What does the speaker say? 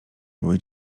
były